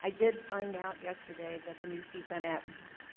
i did find out yesterday that the new csun app